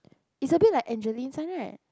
is a bit like Angelene's one right